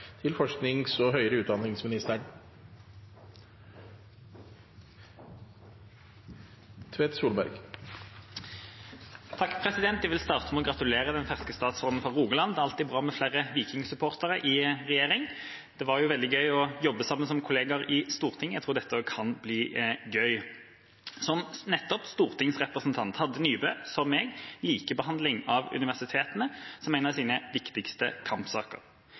Rogaland. Det er alltid bra med flere Viking-supportere i regjering. Det var jo veldig gøy å jobbe sammen som kollegaer i Stortinget – jeg tror også dette kan bli gøy. «Tidligere stortingsrepresentant Iselin Nybø hadde som meg likebehandling av universitetene som en av sine viktigste kampsaker.